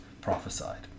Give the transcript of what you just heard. prophesied